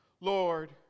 Lord